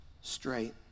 straight